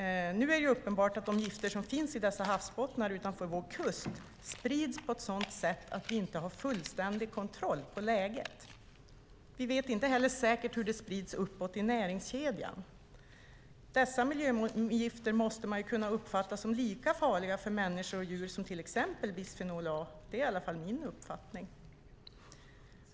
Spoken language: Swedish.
Nu är det uppenbart att de gifter som finns i dessa havsbottnar utanför vår kust sprids på ett sådant sätt att vi inte har fullständig kontroll på läget. Vi vet inte heller säkert hur de sprids uppåt i näringskedjan. Dessa miljögifter måste man kunna uppfatta som lika farliga för människor och djur som till exempel bisfenol A. Det är i alla fall min uppfattning.